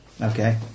Okay